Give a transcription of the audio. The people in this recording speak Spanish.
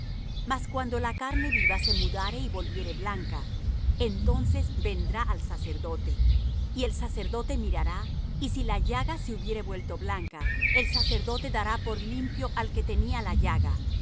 mas cuando la carne viva se mudare y volviere blanca entonces vendrá al sacerdote y el sacerdote mirará y si la llaga se hubiere vuelto blanca el sacerdote dará por limpio al que tenía la llaga